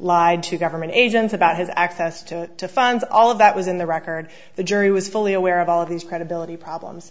lied to government agents about his access to funds all of that was in the record the jury was fully aware of all of these credibility problems